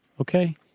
Okay